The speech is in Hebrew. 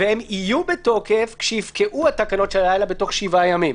והם יהיו בתוקף כשיפקעו התקנות של הלילה תוך שבעה ימים.